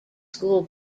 school